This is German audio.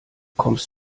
kommst